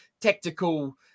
tactical